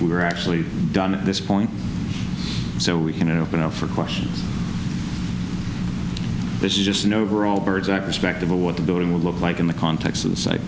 we were actually done at this point so we can open up for questions this is just an overall bird's eye perspective of what the building would look like in the context of the site